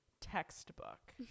textbook